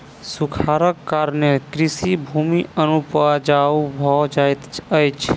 सूखाड़क कारणेँ कृषि भूमि अनुपजाऊ भ जाइत अछि